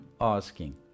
asking